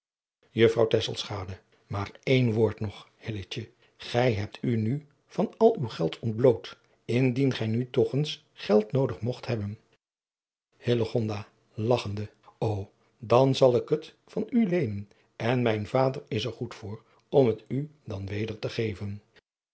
tesselschade maar één woord nog hilletje gij hebt u nu van al uw geld ontbloot indien gij nu toch eens geld noodig mogt hebben hillegonda lagchende ô dan zal ik het van u leenen en mijn vader is er goed voor om het u dan weder te geven